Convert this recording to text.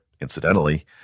incidentally